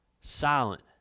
silent